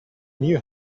new